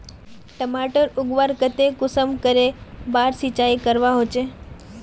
टमाटर उगवार केते कुंसम करे बार सिंचाई करवा होचए?